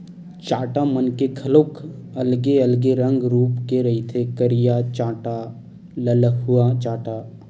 चाटा मन के घलोक अलगे अलगे रंग रुप के रहिथे करिया चाटा, ललहूँ चाटा